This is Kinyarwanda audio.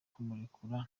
kumurekura